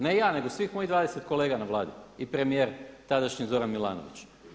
Ne ja, nego svih mojih 20 kolega na Vladi i premijer tadašnji Zoran Milanović.